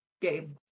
game